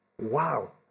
Wow